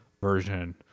version